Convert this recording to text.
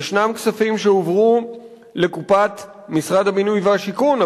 ישנם כספים שהועברו לקופת משרד הבינוי והשיכון,